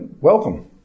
Welcome